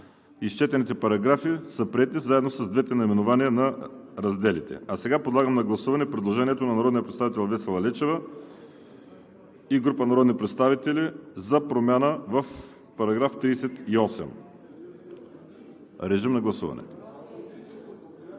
Изчетените параграфи са приети заедно с двете наименования на разделите. Подлагам на гласуване предложението на народния представител Весела Лечева и група народни представители за промяна в § 38. Комисията не